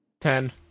Ten